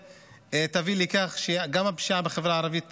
תביא לכך שגם הפשיעה בחברה הערבית תרד,